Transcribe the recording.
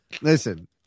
Listen